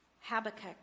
Habakkuk